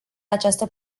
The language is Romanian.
această